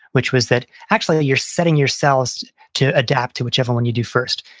which was that actually you're setting your cells to adapt to whichever one you do first.